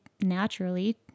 naturally